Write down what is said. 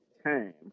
Time